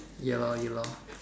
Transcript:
ya lor ya lor